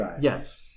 yes